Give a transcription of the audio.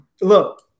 look